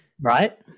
right